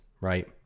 right